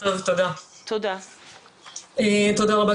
תודה רבה,